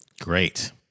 Great